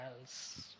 else